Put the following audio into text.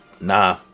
nah